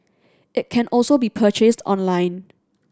it can also be purchased online